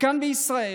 וכאן בישראל